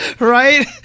Right